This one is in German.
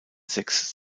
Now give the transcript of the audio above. sex